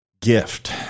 gift